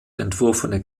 entworfene